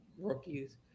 Rookies